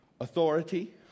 Authority